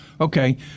Okay